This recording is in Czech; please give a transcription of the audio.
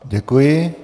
Děkuji.